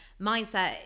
mindset